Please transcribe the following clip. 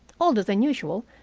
older than usual,